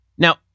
Now